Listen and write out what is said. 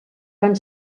van